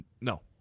no